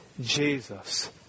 Jesus